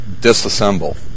disassemble